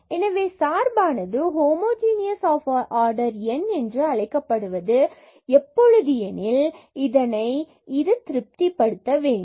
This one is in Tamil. எனவே சார்பானது ஹோமோஜீனியஸ் ஆஃப் ஆர்டர் n என்று அழைக்கப்படுவது எப்பொழுது எனில் இது இதனை திருப்திபடுத்த வேண்டும்